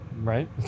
right